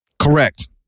Correct